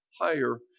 higher